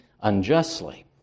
unjustly